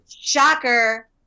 Shocker